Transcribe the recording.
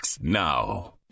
now